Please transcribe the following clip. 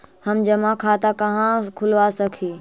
हम जमा खाता कहाँ खुलवा सक ही?